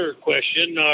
question